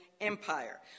Empire